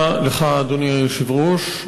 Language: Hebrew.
תודה לך, אדוני היושב-ראש.